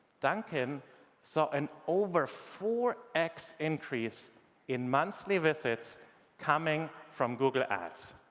dunkin' saw an over four x increase in monthly visits coming from google ads.